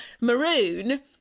maroon